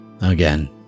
again